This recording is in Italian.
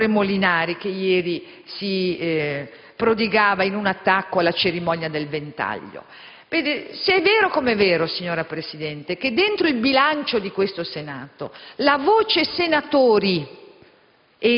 senatore Molinari, che ieri si prodigava in un attacco alla cerimonia del Ventaglio. Vede, se è vero, come è vero, signora Presidente, che nel bilancio del Senato la voce senatori